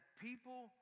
people